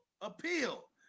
Appeal